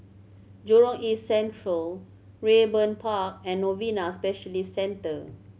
Jurong East Central Raeburn Park and Novena Specialist Centre